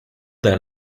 there